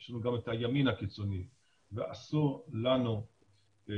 יש לנו גם את הימין הקיצוני ואסור לנו לעצום